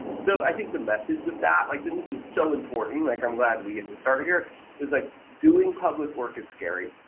so, i think the message of that like this is so important like i'm glad we get to start here is like doing public work is scary.